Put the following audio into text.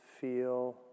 feel